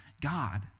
God